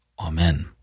Amen